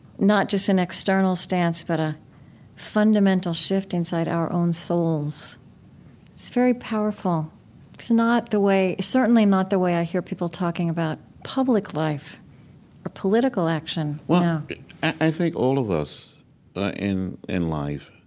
not just an external stance, but fundamental shift inside our own souls. it's very powerful. it's not the way certainly not the way i hear people talking about public life or political action now i think all of us in in life,